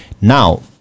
Now